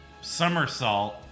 somersault